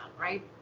right